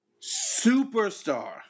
superstar